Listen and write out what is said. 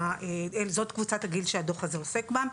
שזאת קבוצת הגיל שהדוח הזה עוסק בהם.